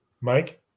Mike